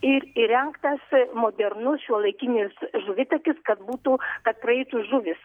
ir įrengtas modernus šiuolaikinis žuvitakis kad būtų kad praeitų žuvys